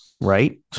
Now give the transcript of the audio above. Right